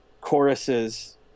choruses